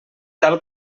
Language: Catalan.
tal